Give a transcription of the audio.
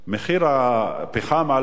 מחיר הפחם עלה.